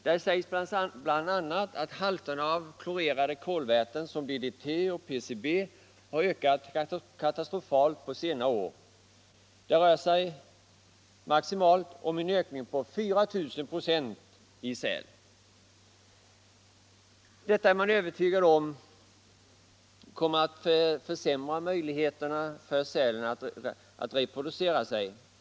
Där sägs bl.a. att halterna av klorerade kolväten som DDT och PCB har ökat katastrofalt i sälarna på senare år; det rör sig om en maximal ökning på 4 000 96. Detta är man övertygad om kommer att försämra sälens möjligheter att reproducera sig.